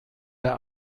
der